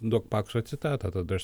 duok pakso citatą tada aš